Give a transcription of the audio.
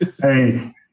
Hey